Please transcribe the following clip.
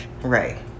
Right